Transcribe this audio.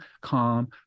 calm